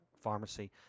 pharmacy